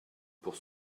pour